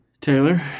Taylor